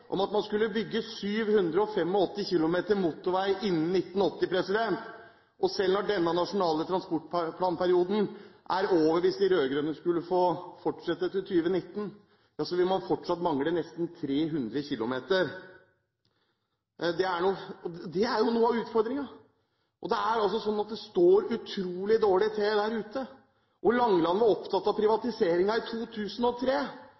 om at man skulle bygge 785 km motorvei innen 1980. Selv når denne nasjonale transportplanperioden er over – hvis de rød-grønne får fortsette til 2019 – vil man fortsatt mangle nesten 300 km. Det er jo noe av utfordringen, og det er altså sånn at det står utrolig dårlig til der ute. Langeland er opptatt av